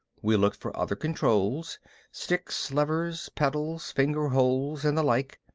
we looked for other controls sticks, levers, pedals, finger-holes and the like.